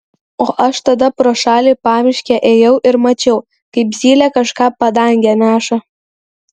o aš tada pro šalį pamiške ėjau ir mačiau kaip zylė kažką padange neša